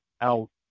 out